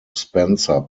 spencer